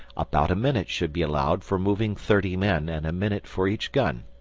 about a minute should be allowed for moving thirty men and a minute for each gun.